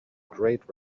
great